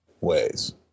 ways